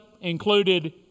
included